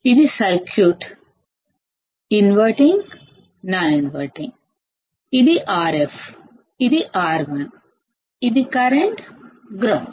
ఇది సర్క్యూట్ ఇది ఇన్వర్టింగ్ ఇది నాన్ ఇన్వర్టింగ్ ఇది Rf ఇది R1 ఇది కరెంటు గ్రౌండ్